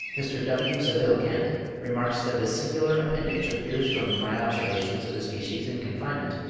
mr. w. saville kent remarks that this singular appendage appears from my observations of the species in confinement,